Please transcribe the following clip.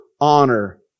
honor